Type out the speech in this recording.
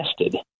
tested